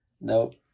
Nope